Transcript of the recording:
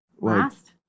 last